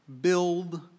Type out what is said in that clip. build